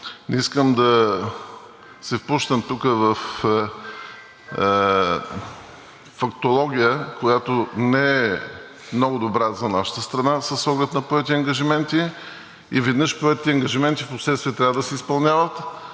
Не искам да се впускам тук във фактология, която не е много добра за нашата страна с оглед на поети ангажименти. Веднъж поетите ангажименти, впоследствие трябва да се изпълняват.